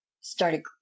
started